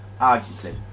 arguably